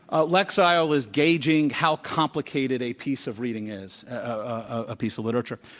a lexile is gauging how complicated a piece of reading is a piece of literature.